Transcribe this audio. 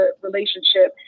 relationship